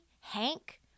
Hank